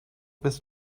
bis